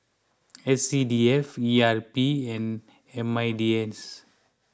S C D F E R P and M I D S